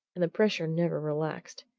and the pressure never relaxed.